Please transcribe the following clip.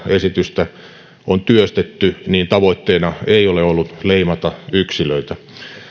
esitystä on työstetty tavoitteena ei ole ollut leimata yksilöitä